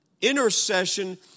intercession